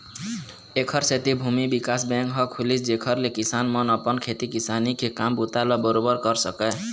ऐखर सेती भूमि बिकास बेंक ह खुलिस जेखर ले किसान मन अपन खेती किसानी के काम बूता ल बरोबर कर सकय